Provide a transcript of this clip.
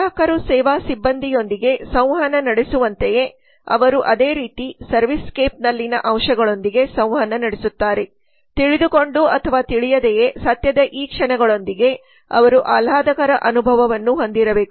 ಗ್ರಾಹಕರು ಸೇವಾ ಸಿಬ್ಬಂದಿಯೊಂದಿಗೆ ಸಂವಹನ ನಡೆಸುವಂತೆಯೇ ಅವರು ಅದೇ ರೀತಿ ಸರ್ವಿಸ್ ಸ್ಕೇಪ್ ನಲ್ಲಿನ ಅಂಶಗಳೊಂದಿಗೆ ಸಂವಹನ ನಡೆಸುತ್ತಾರೆ ತಿಳಿದುಕೊಂಡು ಅಥವಾ ತಿಳಿಯದೆಯೇ ಸತ್ಯದ ಈ ಕ್ಷಣಗಳೊಂದಿಗೆ ಅವರು ಆಹ್ಲಾದಕರ ಅನುಭವವನ್ನು ಹೊಂದಿರಬೇಕು